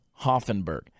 Hoffenberg